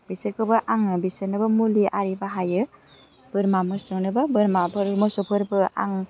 बेसोरखौबो आं बिसोरनोबो मुलि आरि बाहायो बोरमा मोसौनोबो बोरमाफोर मोसौफोरबो आं